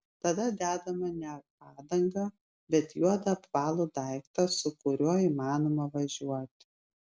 tada dedame ne padangą bet juodą apvalų daiktą su kuriuo įmanoma važiuoti